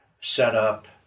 setup